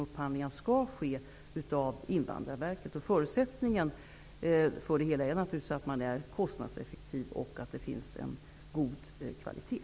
Upphandlingar skall ske av Invandrarverket. Förutsättningen är naturligtvis att verksamheten bedrivs kostnadseffektivt och är av god kvalitet.